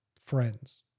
Friends